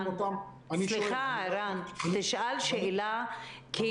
תשאל שאלה כי